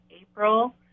April